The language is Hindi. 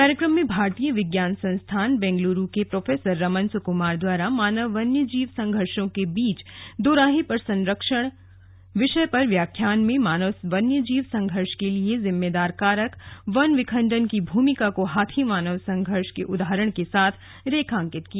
कार्यक्रम में भारतीय विज्ञान संस्थान बेंगलुरु के प्रोफेसर रमन सुकुमार द्वारा मानव वन्यजीव संघर्षो के बीच दोराहे पर संरक्षण विषय पर व्याख्यान में मानव वन्यजीव संघर्ष के लिए जिम्मेदार कारक वन विखंडन की भूमिका को हाथी मानव संघर्ष के उदाहरण के साथ रेखांकित किया